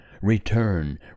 return